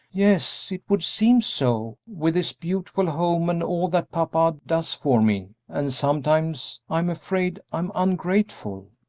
yes, it would seem so, with this beautiful home and all that papa does for me, and sometimes i'm afraid i'm ungrateful.